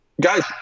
Guys